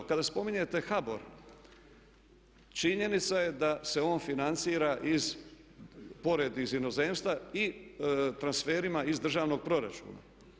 Kada spominjete HBOR činjenica je da se on financira iz, pored iz inozemstva i transferima iz državnog proračuna.